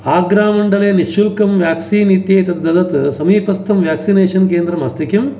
आग्रा मण्डले निःशुल्कं वेक्सीन् इत्येतत् ददत् समीपस्थं वेक्सिनेषन् केन्द्रम् अस्ति किम्